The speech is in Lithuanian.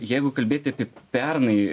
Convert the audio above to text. jeigu kalbėti apie pernai